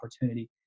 opportunity